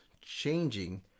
changing